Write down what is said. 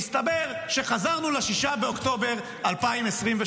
מסתבר שחזרנו ל-6 באוקטובר 2023,